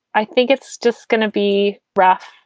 i think it's just going to be rough.